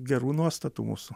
gerų nuostatų mūsų